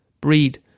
Breed